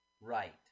Right